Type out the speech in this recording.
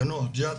ינוח-ג'ת,